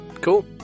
Cool